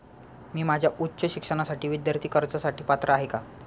मी माझ्या उच्च शिक्षणासाठी विद्यार्थी कर्जासाठी पात्र आहे का?